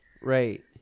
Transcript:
right